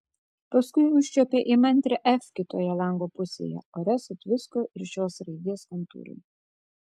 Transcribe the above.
paskui užčiuopė įmantrią f kitoje lango pusėje ore sutvisko ir šios raidės kontūrai